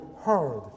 heard